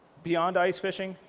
beyond ice fishing,